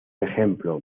ejemplo